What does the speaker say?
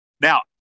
now